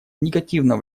негативно